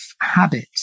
habit